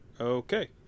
Okay